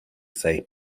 say